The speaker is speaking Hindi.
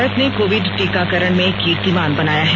भारत ने कोविड टीकाकरण में कीर्तिमान बनाया है